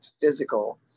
physical